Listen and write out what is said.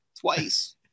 twice